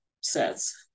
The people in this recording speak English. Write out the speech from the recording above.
sets